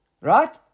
Right